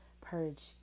Purge